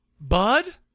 bud